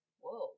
Whoa